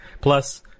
Plus